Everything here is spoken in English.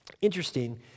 interesting